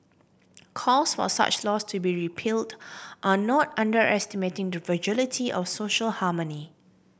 calls for such laws to be repealed are not underestimating the fragility of social harmony